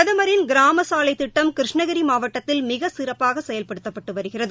பிரதமின் கிராம சாலைத் திட்டம் கிருஷ்ணகிரி மாவட்டத்தில் மிக சிறப்பாக செயல்படுத்தப்பட்டு வருகிறது